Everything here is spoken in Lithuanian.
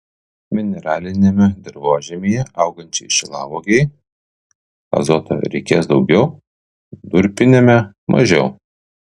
mineraliniame dirvožemyje augančiai šilauogei azoto reikės daugiau durpiniame mažiau